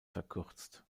verkürzt